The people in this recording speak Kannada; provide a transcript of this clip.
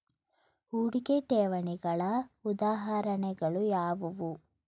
ಹೂಡಿಕೆ ಠೇವಣಿಗಳ ಉದಾಹರಣೆಗಳು ಯಾವುವು?